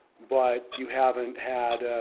but you haven't had